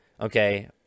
okay